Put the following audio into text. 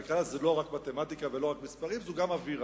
כלכלה זה לא רק מתמטיקה ולא רק מספרים אלא גם אווירה.